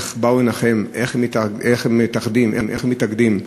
איך באו לנחם, איך הם מתאחדים ומתאגדים.